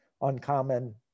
uncommon